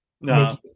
no